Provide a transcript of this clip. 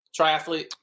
triathlete